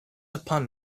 upon